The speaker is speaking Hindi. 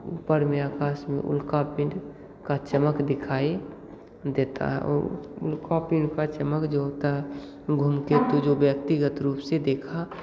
ऊपर में आकाश में उल्का पिंड का चमक दिखाई देता है ओ उल्का पिंड का चमक जो होता है धूमकेतु जो व्यक्तिगत रूप से देखा